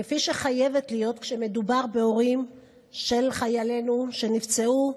כפי שחייב להיות כשמדובר בהורים של חיילינו שנפצעו,